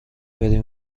بری